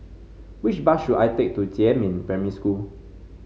which bus should I take to Jiemin Primary School